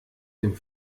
dem